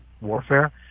warfare